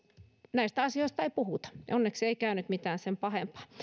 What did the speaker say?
näistä asioista ei puhuta onneksi ei käynyt mitään sen pahempaa